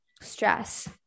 stress